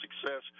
success